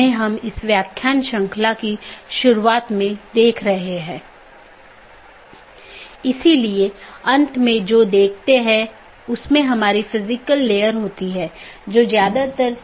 अगर हम BGP घटकों को देखते हैं तो हम देखते हैं कि क्या यह ऑटॉनमस सिस्टम AS1 AS2 इत्यादि हैं